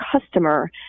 customer